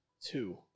Two